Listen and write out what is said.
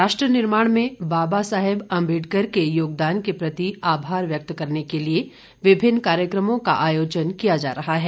राष्ट्र निर्माण में बाबा साहेब आम्बेडकर के योगदान के प्रति आभार व्यक्त करने के लिए विभिन्न कार्यक्रमों का आयोजन किया जा रहा है